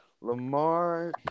Lamar